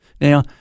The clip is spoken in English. Now